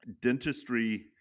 dentistry